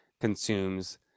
consumes